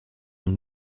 une